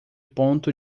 ponto